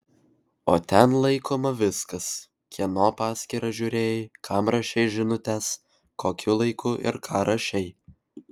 o ten laikoma viskas kieno paskyrą žiūrėjai kam rašei žinutes kokiu laiku ir ką rašei